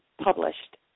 published